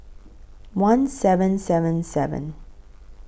one seven seven seven